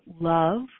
love